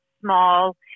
small